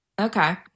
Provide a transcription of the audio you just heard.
okay